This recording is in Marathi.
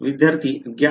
विद्यार्थी ज्ञात